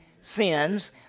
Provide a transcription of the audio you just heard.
sins